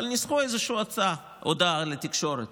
אבל ניסחו איזו הצעה, הודעה לתקשורת